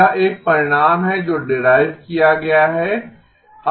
यह एक परिणाम है जो डीराइव किया गया है